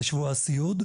זה שבוע הסיעוד.